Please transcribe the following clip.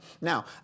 Now